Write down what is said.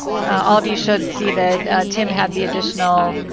all of you should see that tim had the additional